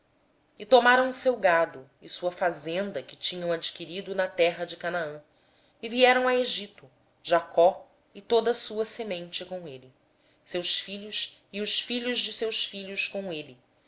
também tomaram o seu gado e os seus bens que tinham adquirido na terra de canaã e vieram para o egito jacó e toda a sua descendência com ele os seus filhos e os filhos de seus filhos com ele